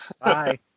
Bye